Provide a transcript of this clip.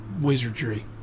wizardry